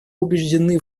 убеждены